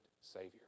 Savior